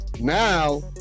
Now